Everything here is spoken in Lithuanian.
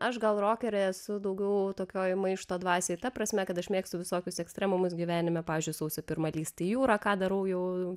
aš gal rokerė esu daugiau tokioj maišto dvasioj ta prasme kad aš mėgstu visokius ekstremumus gyvenime pavyzdžiui sausio pirmą lįst į jūrą ką darau jau